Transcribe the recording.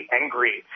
angry